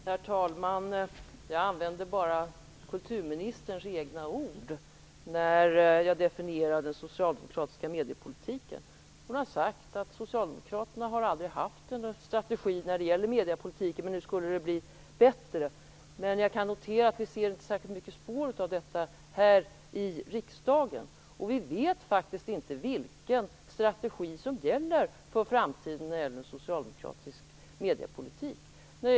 Herr talman! Jag använde bara kulturministerns egna ord när jag definierade den socialdemokratiska mediepolitiken. Hon har sagt att Socialdemokraterna aldrig har haft någon strategi när det gäller mediepolitiken men att det nu skall bli bättre. Men jag kan notera att vi inte ser särskilt många spår av detta här i riksdagen. Vi vet faktiskt inte vilken strategi Socialdemokraterna har för framtiden när det gäller mediepolitiken.